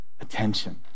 attention